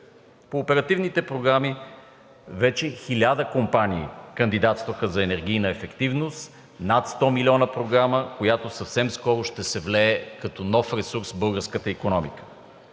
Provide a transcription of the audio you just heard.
По оперативни програми вече 1000 компании кандидатстваха за енергийна ефективност – над 100 млн. програма, която съвсем скоро ще се влее като нов ресурс в българската икономика.